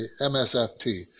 MSFT